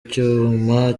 icyuma